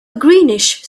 greenish